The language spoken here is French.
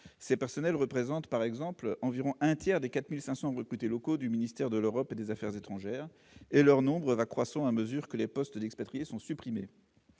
Ces personnels représentent, par exemple, environ un tiers des 4 500 recrutés locaux du ministère de l'Europe et des affaires étrangères. Leur nombre va croissant à mesure que les postes d'expatrié sont supprimés.